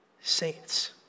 saints